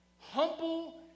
Humble